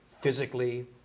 physically